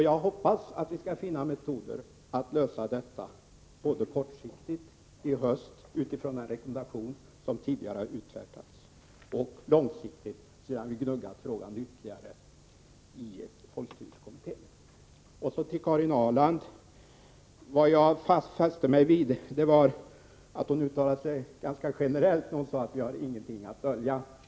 Jag hoppas att vi skall finna metoder att lösa detta problem både kortsiktigt i höst utifrån den rekommendation som tidigare har utfärdats och långsiktigt sedan vi gnuggat frågan ytterligare i folkstyrelsekommittén. Jag fäste mig vid att Karin Ahrland uttalade sig ganska generellt när hon sade att vi inte har någonting att dölja.